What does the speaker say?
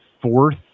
fourth